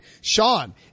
Sean